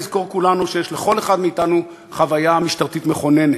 נזכור כולנו שיש לכל אחד מאתנו חוויה משטרתית מכוננת,